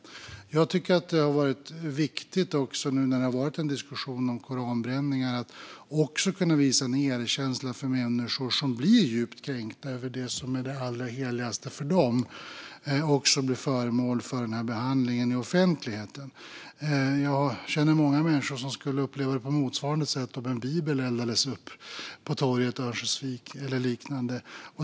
Jag tycker dessutom att det har varit viktigt att nu när vi har haft en diskussion om koranbränningar också kunna visa erkänsla för människor som blir djupt kränkta över att det som är det allra heligaste för dem blir föremål för denna behandling i offentligheten. Jag känner många människor som skulle uppleva det på motsvarande sätt om en bibel eldades upp på torget i Örnsköldsvik, eller liknande.